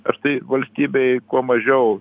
aš tai valstybėj kuo mažiau